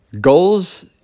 Goals